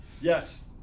yes